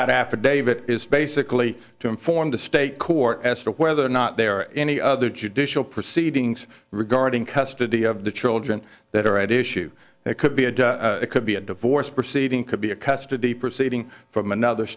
that affidavit is basically to inform the state court as to whether or not there are any other judicial proceedings regarding custody of the children that are at issue it could be it could be a divorce proceeding could be a custody proceeding from another